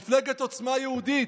מפלגת עוצמה יהודית,